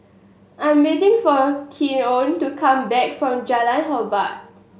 I'm waiting for Keon to come back from Jalan Hormat